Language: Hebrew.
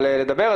אבל לדבר.